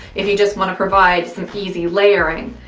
if you just want to provide some easy layering.